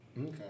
Okay